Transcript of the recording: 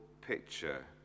picture